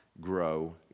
grow